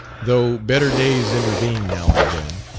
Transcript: though better days intervened now and then,